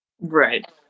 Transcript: right